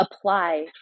apply